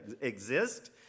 exist